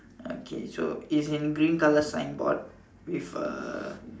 okay so it's a green colour sign board with a